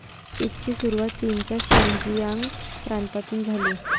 पीचची सुरुवात चीनच्या शिनजियांग प्रांतातून झाली